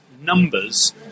numbers